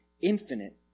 infinite